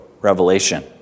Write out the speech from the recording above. Revelation